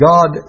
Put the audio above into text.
God